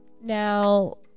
Now